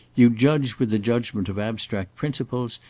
you judge with the judgment of abstract principles,